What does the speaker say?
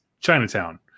Chinatown